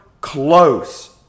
close